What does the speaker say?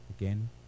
again